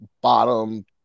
bottom